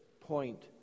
point